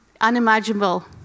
unimaginable